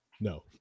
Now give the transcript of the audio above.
No